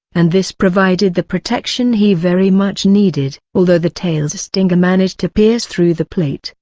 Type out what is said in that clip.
and this provided the protection he very much needed. although the tail's stinger managed to pierce through the plate,